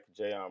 Jayon